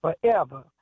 forever